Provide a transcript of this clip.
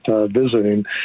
visiting